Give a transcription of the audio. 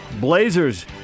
Blazers